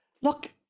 look